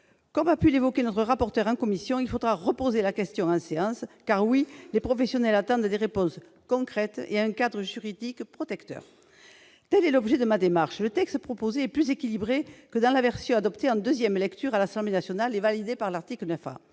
Comme l'a dit notre rapporteur en commission, il faudra reposer la question en séance, car les professionnels attendent des réponses concrètes et un cadre juridique protecteur. Tel est l'objet de ma démarche. Le texte ici proposé est plus équilibré que la version adoptée en deuxième lecture par l'Assemblée nationale pour l'article 9